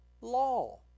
law